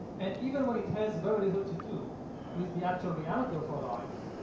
and even when it has very little to do with the actual reality of our life,